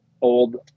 old